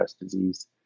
disease